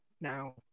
now